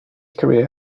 career